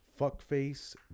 fuckface